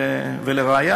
ולראיה,